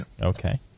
Okay